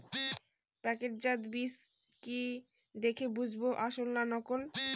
প্যাকেটজাত বীজ কি দেখে বুঝব আসল না নকল?